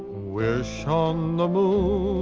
wish on the moon